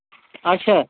اَچھا